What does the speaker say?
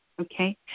okay